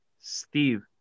Steve